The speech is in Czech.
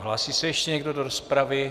Hlásí se ještě někdo do rozpravy?